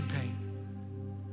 pain